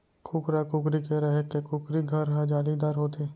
कुकरा, कुकरी के रहें के कुकरी घर हर जालीदार होथे